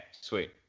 sweet